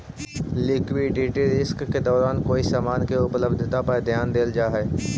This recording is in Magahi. लिक्विडिटी रिस्क के दौरान कोई समान के उपलब्धता पर ध्यान देल जा हई